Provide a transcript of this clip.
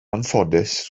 anffodus